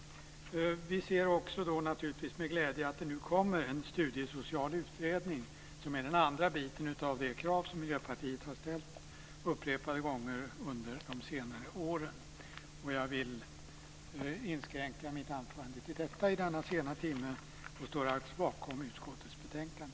Vi ser naturligtvis också med glädje att det nu kommer en studiesocial utredning, vilket är den andra biten i det krav Miljöpartiet har ställt upprepade gånger under de senare åren. Jag vill inskränka mitt anförande till detta i denna sena timme. Jag står alltså bakom utskottets betänkande.